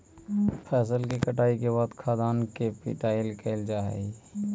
फसल के कटाई के बाद खाद्यान्न के पिटाई कैल जा हइ